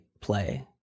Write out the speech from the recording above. play